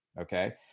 Okay